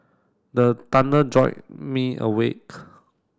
the thunder jolt me awake